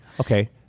Okay